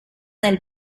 nel